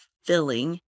filling